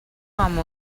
amb